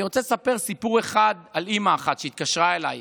אני רוצה לספר סיפור אחד על אימא אחת שהתקשרה אליי,